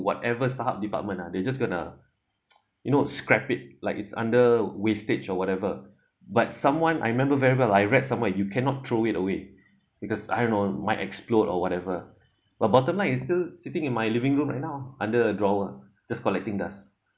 whatever starhub department ah they just going to you know scrap it like it's under wastage or whatever but someone I remember very well I read somewhere you cannot throw it away because I don't know might explode or whatever but bottom line is still sitting in my living room right now under a drawer just collecting dust